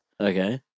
Okay